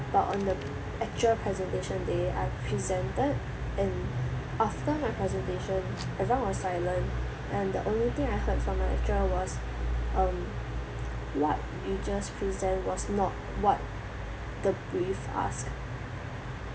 but on the actual presentation day I've presented and after my presentation everyone was silent and the only thing I heard from the lecture was um what you just present was not what the brief asked